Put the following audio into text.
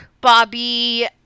Bobby